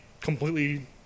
completely